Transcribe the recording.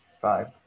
Five